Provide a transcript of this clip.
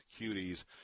Cuties